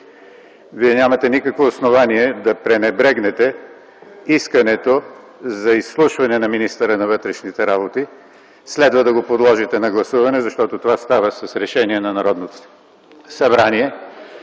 Вие нямате никакво основание да пренебрегнете искането за изслушване на министъра на вътрешните работи. Следва да го подложите на гласуване, защото това става с решение на Народното събрание.